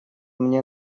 мне